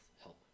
help